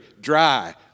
dry